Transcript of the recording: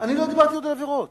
אני עוד לא דיברתי על עבירות.